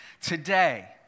Today